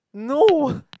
no